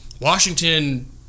Washington